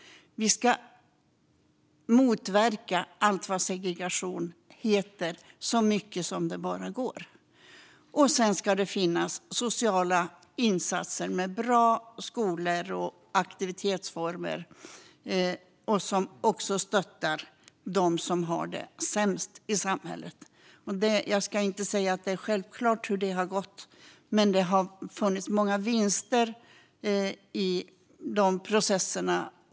Vi ska motverka allt vad segregation heter så mycket som det bara går, och det ska finnas sociala insatser med bra skolor och aktivitetsformer som också stöttar dem som har det sämst i samhället. Jag ska inte säga att det är självklart hur det har gått, men det har funnits många vinster i de processerna.